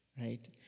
right